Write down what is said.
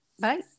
Bye